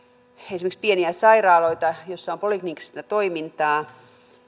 esimerkiksi pieniä sairaaloita joissa on polikliinistä toimintaa